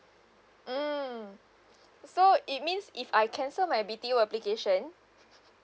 mm so it means if I cancel my B_T_O application